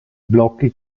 blocchi